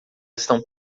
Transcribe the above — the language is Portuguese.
estão